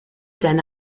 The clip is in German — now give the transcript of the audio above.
deine